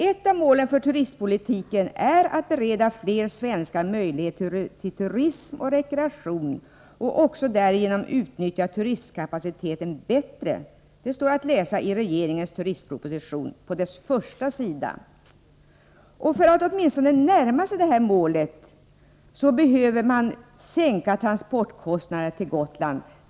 ; Ett av målen för turistpolitiken är att bereda fler svenskar möjlighet till turism och rekreation i eget land, så att turistkapaciteten därigenom kan utnyttjas bättre. Det står att läsa på första sidan i regeringens turistproposition. För att vi åtminstone skall kunna närma oss det målet behövs det en sänkning av kostnaderna för transporter till Gotland.